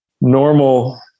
normal